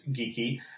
geeky